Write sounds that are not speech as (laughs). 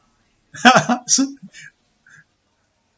(laughs)